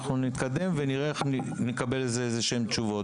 אנחנו נתקדם ונראה איך נקבל על זה תשובות כלשהן.